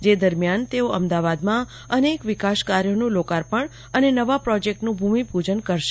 જે દરમિયાન તેઓ અમદાવાદમાં અનેક વિકાસ કાર્યોનું લોકાર્પણ અને નવા પ્રોજેક્ટનું ભૂમિપૂજન કરશે